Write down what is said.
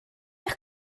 eich